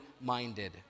minded